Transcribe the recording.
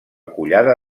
collada